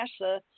NASA